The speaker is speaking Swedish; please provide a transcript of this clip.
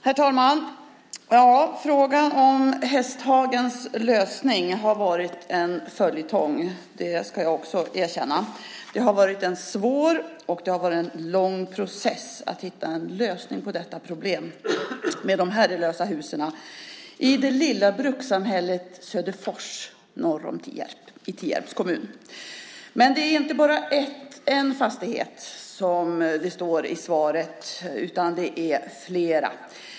Herr talman! Frågan om Hästhagens lösning har varit en följetong, det ska jag också erkänna. Det har varit en svår och lång process att hitta en lösning på detta problem med de herrelösa husen i det lilla brukssamhället Söderfors, norr om Tierp i Tierps kommun. Men det är inte bara en fastighet, som det står i svaret, utan det är flera.